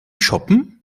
shoppen